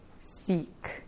seek